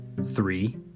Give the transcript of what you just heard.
Three